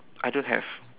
I don't have